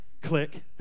click